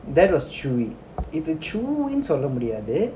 that was chewy இது:idhu chew னுசொல்லமுடியாது:nu solla mudiyadhu